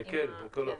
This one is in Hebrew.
מקל מכל הבחינות.